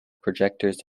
projectors